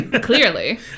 clearly